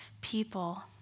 people